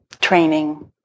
training